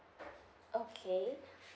okay